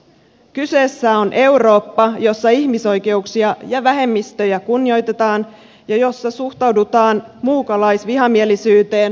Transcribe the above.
kyseessä on eurooppa jossa ihmisoikeuksia ja vähemmistöjä kunnioitetaan ja jossa suhtaudutaan muukalaisvihamielisyyteen torjuvasti